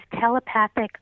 telepathic